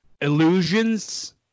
illusions